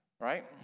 right